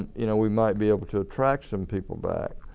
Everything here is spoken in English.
you know we might be able to attract some people back.